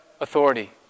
authority